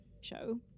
show